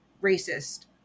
racist